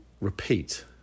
repeat